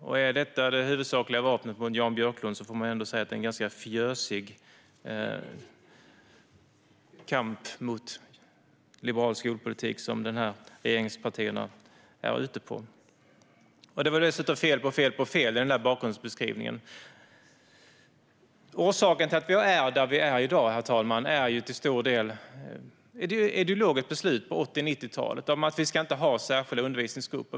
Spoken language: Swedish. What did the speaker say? Om detta är det huvudsakliga vapnet mot Jan Björklund är det ändå en rätt fjösig kamp mot liberal skolpolitik som regeringspartierna ägnar sig åt. Det var dessutom fel på fel på fel i bakgrundsbeskrivningen. Orsaken till att vi är där vi är i dag, herr talman, är till stor del ideologiska beslut fattade på 80 och 90-talen om att det inte ska finnas särskilda undervisningsgrupper.